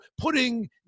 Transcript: putting